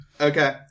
Okay